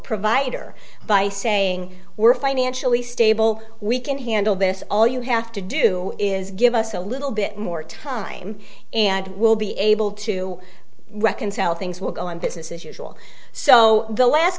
provider by saying we're financially stable we can handle this all you have to do is give us a little bit more time and we'll be able to reconcile things will go on business as usual so the last